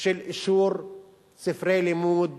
של אישור ספרי לימוד